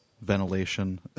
Ventilation